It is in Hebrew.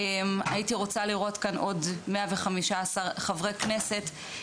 הייתי רוצה לראות כאן עוד 115 חברי כנסת,